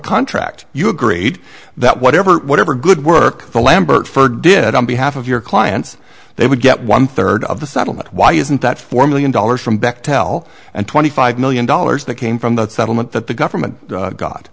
contract you agreed that whatever whatever good work for lambert for did on behalf of your clients they would get one third of the settlement why isn't that four million dollars from bechtel and twenty five million dollars that came from the settlement that the government